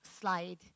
slide